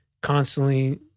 constantly